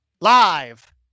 Live